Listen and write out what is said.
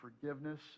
forgiveness